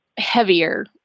heavier